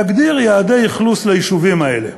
היא להגדיר יעדי אכלוס ליישובים האלה.